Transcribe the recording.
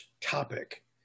topic